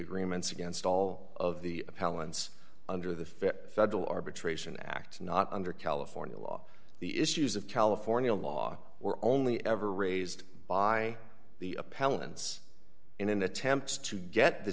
agreements against all of the appellant's under the federal arbitration act not under california law the issues of california law were only ever raised by the appellants in an attempt to get the